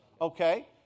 Okay